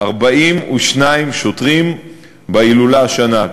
ל-4,942 שוטרים בהילולה השנה,